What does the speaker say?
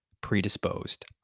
predisposed